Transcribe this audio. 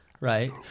right